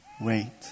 wait